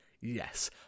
Yes